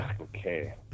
Okay